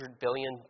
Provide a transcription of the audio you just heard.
billion